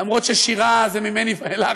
למרות ששירה זה ממני ואילך,